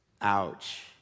Ouch